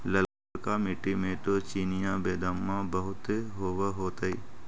ललका मिट्टी मे तो चिनिआबेदमां बहुते होब होतय?